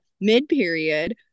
mid-period